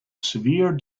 severe